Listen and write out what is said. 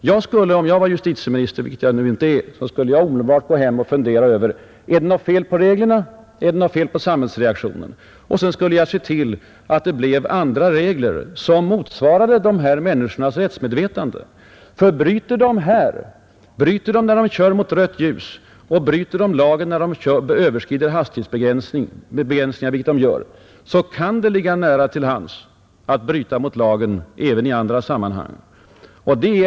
Jag skulle, om jag vore justitieminister, omedelbart gå hem och fundera över om det inte är något fel på reglerna som sådana eller på samhällsreaktionen. Jag skulle se till att det infördes andra bestämmelser, som motsvarade människornas rättsmedvetande. Ty bryter de mot lagen när de går mot rött ljus och när de överskrider hastighetsbegränsningar — vilket de gör — ligger det nära till hands att bryta mot lagen även i andra sammanhang.